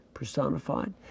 Personified